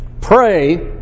Pray